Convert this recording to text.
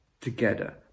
together